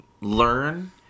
learn